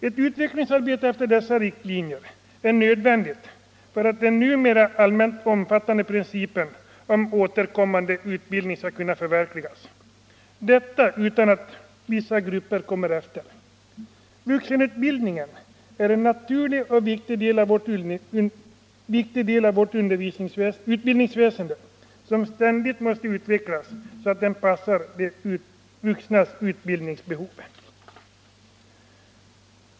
Ett utvecklingsarbete efter dessa riktlinjer är nödvändigt för att den numera allmänt omfattade principen om återkommande utbildning skall kunna förverkligas, detta utan att vissa grupper släpar efter. Vuxenutbildningen är en naturlig och viktig del av vårt utbildningsväsende som ständigt måste utvecklas så att den passar de vuxnas utbildningsbehov.